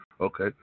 Okay